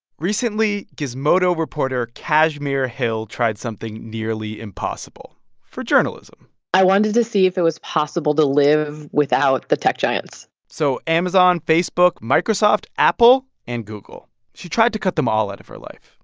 recently, gizmodo reporter kashmir hill tried something nearly impossible for journalism i wanted to see if it was possible to live without the tech giants so amazon, facebook, microsoft, apple and google. she tried to cut them all out of her life.